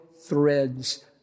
threads